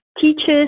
teaches